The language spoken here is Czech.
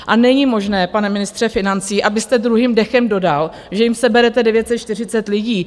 A není možné, pane ministře financí, abyste druhým dechem dodal, že jim seberete 940 lidí.